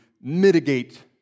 mitigate